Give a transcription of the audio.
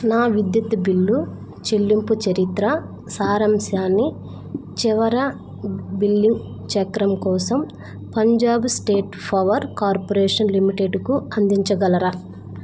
నా విద్యుత్ బిల్లు చెల్లింపు చరిత్ర సారాంశాన్ని చివర బిల్లింగ్ చక్రం కోసం పంజాబ్ స్టేట్ పవర్ కార్పొరేషన్ లిమిటెడ్కు అందించగలరా